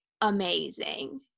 Amazing